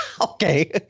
Okay